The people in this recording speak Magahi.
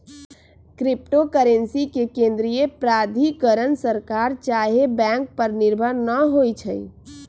क्रिप्टो करेंसी के केंद्रीय प्राधिकरण सरकार चाहे बैंक पर निर्भर न होइ छइ